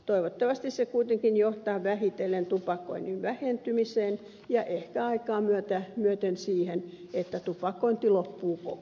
toivottavasti se kuitenkin johtaa vähitellen tupakoinnin vähentymiseen ja ehkä aikaa myöten siihen että tupakointi loppuu kokonaan